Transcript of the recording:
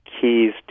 keys